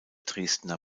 dresdner